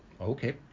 okay